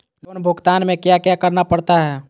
loan भुगतान में क्या क्या करना पड़ता है